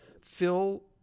Phil